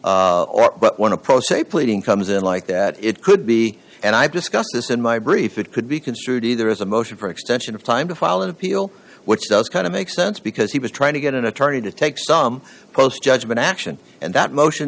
when a pro se pleading comes in like that it could be and i've discussed this in my brief it could be construed either as a motion for extension of time to file an appeal which does kind of make sense because he was trying to get an attorney to take some post judgment action and that motion